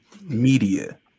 media